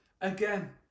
again